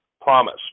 promise